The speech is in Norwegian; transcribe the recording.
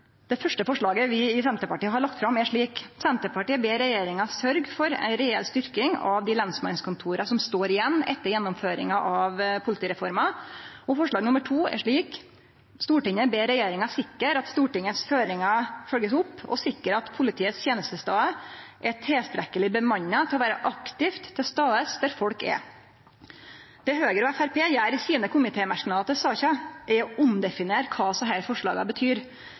Det første forslaget vi i Senterpartiet har lagt fram, er slik: «Stortinget ber regjeringen sørge for en reell styrking av de lensmannskontorene som står igjen etter gjennomføringen av politireformen.» Det andre er slik: «Stortinget ber regjeringen sikre at Stortingets føringer følges opp, og sikre at politiets tjenestesteder er tilstrekkelig bemannet til å kunne være aktivt til stede der folk er.» Det Høgre og Framstegspartiet gjer i sine komitémerknader til saka, er å omdefinere kva desse forslaga betyr.